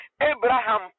Abraham